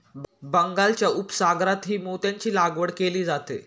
बंगालच्या उपसागरातही मोत्यांची लागवड केली जाते